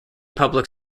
public